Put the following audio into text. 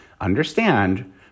understand